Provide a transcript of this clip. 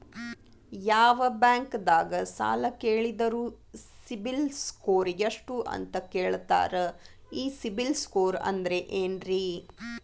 ಯಾವ ಬ್ಯಾಂಕ್ ದಾಗ ಸಾಲ ಕೇಳಿದರು ಸಿಬಿಲ್ ಸ್ಕೋರ್ ಎಷ್ಟು ಅಂತ ಕೇಳತಾರ, ಈ ಸಿಬಿಲ್ ಸ್ಕೋರ್ ಅಂದ್ರೆ ಏನ್ರಿ?